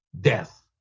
Death